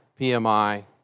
PMI